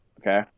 okay